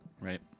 Right